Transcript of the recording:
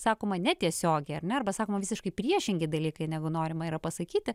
sakoma ne tiesiogiai ar ne arba sakoma visiškai priešingi dalykai negu norima yra pasakyti